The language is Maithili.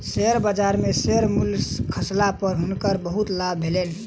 शेयर बजार में शेयर मूल्य खसला पर हुनकर बहुत लाभ भेलैन